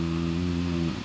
mm